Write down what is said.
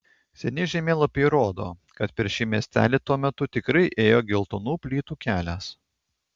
seni žemėlapiai rodo kad per šį miestelį tuo metu tikrai ėjo geltonų plytų kelias